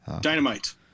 Dynamite